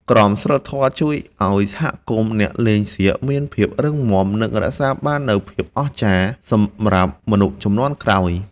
ក្រមសីលធម៌ជួយឱ្យសហគមន៍អ្នកលេងសៀកមានភាពរឹងមាំ និង រក្សាបាននូវភាពអស្ចារ្យសម្រាប់មនុស្សជំនាន់ក្រោយ។